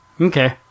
Okay